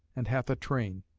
and hath a train.